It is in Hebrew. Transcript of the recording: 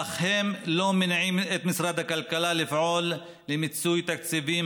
אך הם לא מניעים את משרד הכלכלה לפעול למיצוי תקציבים